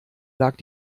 lag